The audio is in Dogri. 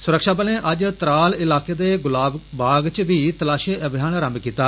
सुरक्षाबलें अज्ज त्राल इलाके दे गुलावबाग च बी तलाशी अभियान रम्म कीता